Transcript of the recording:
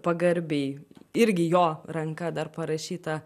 pagarbiai irgi jo ranka dar parašyta